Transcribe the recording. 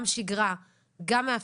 כל חברי הכנסת של הוועדה, וקיבלנו מהם ואנחנו